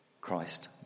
Christ